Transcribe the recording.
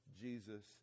Jesus